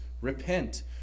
Repent